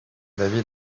david